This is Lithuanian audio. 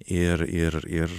ir ir ir